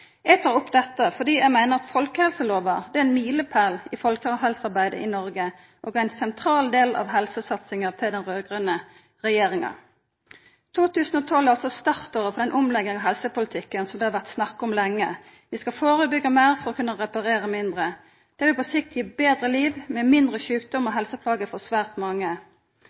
Eg tek opp dette fordi eg meiner folkehelselova er ein milepåle i folkehelsearbeidet i Noreg og ein sentral del av helsesatsinga til den raud-grøne regjeringa. 2012 er startåret for den omlegginga av helsepolitikken som det har vore snakka om lenge: Vi skal førebyggja meir for å kunna reparera mindre. Det vil på sikt gi betre liv med mindre sjukdom og helseplager for svært mange.